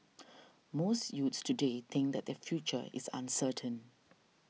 most youths today think that their future is uncertain